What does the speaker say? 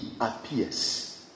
appears